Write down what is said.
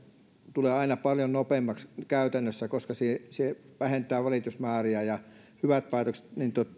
tulevat aina paljon nopeammaksi käytännössä koska se se vähentää valitusmääriä hyvät päätökset